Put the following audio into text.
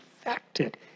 affected